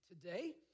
today